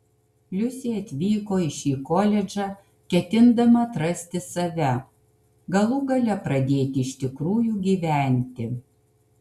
liusė atvyko į šį koledžą ketindama atrasti save galų gale pradėti iš tikrųjų gyventi